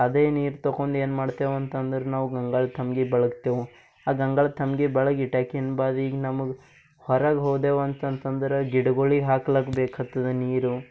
ಅದೇ ನೀರು ತೊಕೊಂಡ್ ಏನ್ಮಾಡ್ತೆವಂತಂದ್ರೆ ನಾವು ಗಂಗಳ ತಂಬ್ಗೆ ಬೆಳಗ್ತೆವು ಆ ಗಂಗಳ ತಂಬ್ಗೆ ಬೆಳಗ್ ಇಟಾಕಿನ ಬಾದ್ ಈಗ ನಮಗೆ ಹೊರಗೆ ಹೋದೆವು ಅಂತಂತಂದ್ರೆ ಗಿಡಗಳಿಗ್ ಹಾಕ್ಲಕ್ಕ ಬೇಕ್ಹತ್ತದ ನೀರು